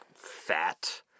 fat